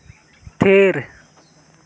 ᱛᱷᱤᱨ